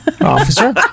officer